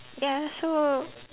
ya so